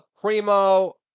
Primo